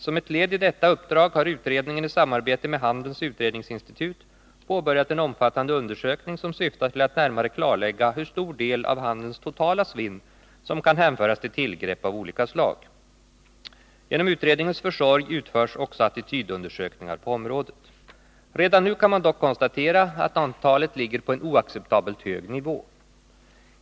Som ett led i detta uppdrag har utredningen i samarbete med handelns utredningsinstitut påbörjat en omfattande undersökning som syftar till att närmare klarlägga hur stor del av handelns totala svinn som kan hänföras till tillgrepp av olika slag. Genom utredningens försorg utförs också attitydundersökningar på området. Redan nu kan man dock konstatera att antalet ligger på en oacceptabelt hög nivå.